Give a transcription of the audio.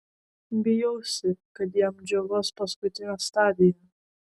bijausi kad jam džiovos paskutinė stadija